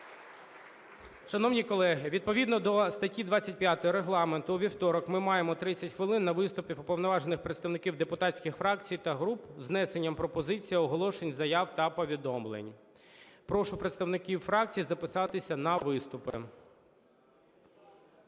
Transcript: Шановні колеги, відповідно до статті 25 Регламенту у вівторок ми маємо 30 хвилин на виступи уповноважених представників депутатських фракцій та груп з внесенням пропозицій, оголошень, заяв та повідомлень. Прошу представників фракцій записатися на виступи.